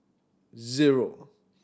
zero